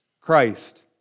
Christ